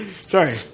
Sorry